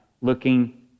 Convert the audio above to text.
looking